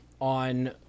on